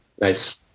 Nice